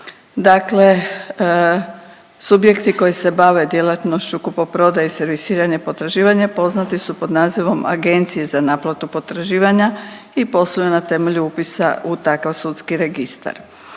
Dakle, subjekti koji se bave djelatnošću kupoprodaje i servisiranja potraživanja poznati su pod nazivom agencije za naplatu potraživanja i posluju na temelju upisa u takav sudski registar.